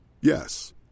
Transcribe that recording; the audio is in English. Yes